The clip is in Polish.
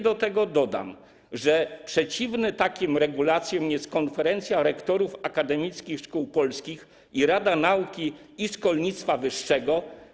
Dodam, że przeciwna takim regulacjom jest Konferencja Rektorów Akademickich Szkół Polskich i rada nauki i szkolnictwa wyższego.